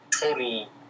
total